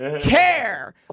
care